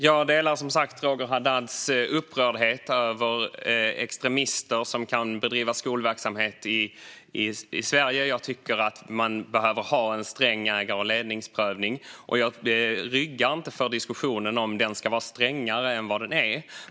Fru talman! Jag delar Roger Haddads upprördhet över extremister som kan bedriva skolverksamhet i Sverige. Jag tycker att man behöver ha en sträng ägar och ledningsprövning. Jag ryggar inte för diskussionen om huruvida den ska vara strängare än vad den är.